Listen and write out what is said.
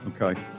Okay